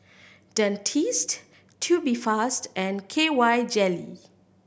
Dentiste Tubifast and K Y Jelly